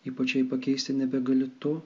ypač jei pakeisti nebegali tu